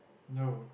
no